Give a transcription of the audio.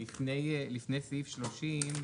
לפני סעיף 30,